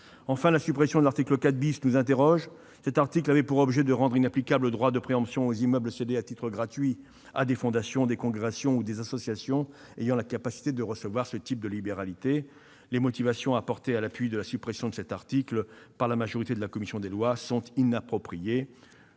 Enfin, la suppression de l'article 4 nous interroge. Cet article avait pour objet de rendre inapplicable le droit de préemption aux immeubles cédés à titre gratuit à des fondations, des congrégations ou des associations ayant la capacité de recevoir ce type de libéralités. Les motivations apportées à l'appui de la suppression de cet article par la majorité de la commission des lois du Sénat sont inappropriées.